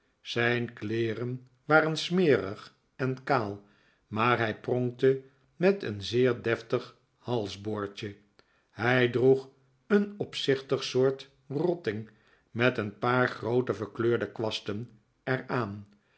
zijn kleeren waren smerig en kaal maar hij pronkte niet een zeer deftig halsboordje hij droeg een opzichtig soort rotting met een paar groote verkleurde kwasten er